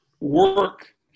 work